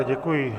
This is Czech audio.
Děkuji.